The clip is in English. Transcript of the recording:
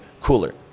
cooler